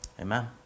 Amen